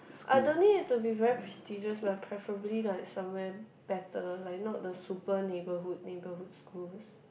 I don't need it to be very prestigious one preferably like somewhere better like not the super neighbourhood neighbourhood schools